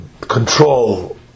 control